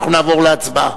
אנחנו נעבור להצבעה.